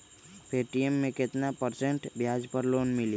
Paytm मे केतना percent ब्याज पर लोन मिली?